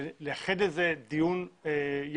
אני מבקש לייחד לזה דיון ייעודי,